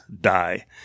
die